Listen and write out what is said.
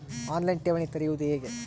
On line ಠೇವಣಿ ತೆರೆಯುವುದು ಹೇಗೆ?